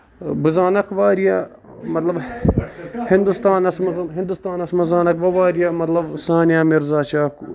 بہٕ زانَکھ واریاہ مطلب ہِندُستانَس منٛزن ہِندُستانَس منٛز زانَکھ بہٕ واریاہ مطلب سانیا مِرزا چھےٚ